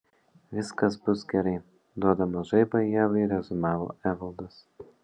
viskas bus gerai duodamas žaibą ievai reziumavo evaldas